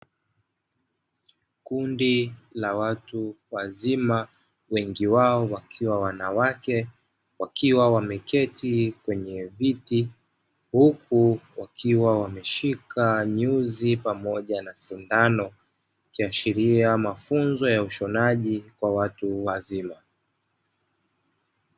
Kundi la watu wazima wengi wao wakiwa wanawake wakiwa wameketi kwenye viti huku wakiwa wameshika nyuzi pamoja na sindano, ikiashiria mafunzo ya ushonaji kwa watu wazima.